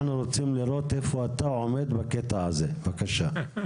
אנחנו רוצים לראות איפה אתה עומד בקטע הזה, בבקשה.